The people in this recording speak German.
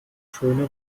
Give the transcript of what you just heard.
schöne